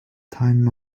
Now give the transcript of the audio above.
time